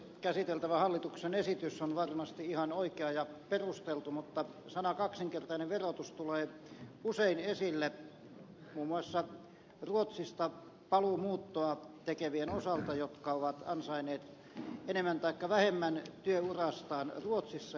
käsiteltävä hallituksen esitys on varmasti ihan oikea ja perusteltu mutta sanat kaksinkertainen verotus tulevat usein esille muun muassa ruotsista paluumuuttoa tekevien osalta jotka ovat ansainneet enemmän taikka vähemmän työurastaan ruotsissa